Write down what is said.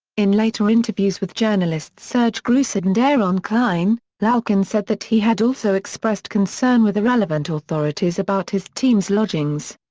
in later interviews with journalists serge groussard and aaron klein, lalkin said that he had also expressed concern with the relevant authorities authorities about his team's lodgings.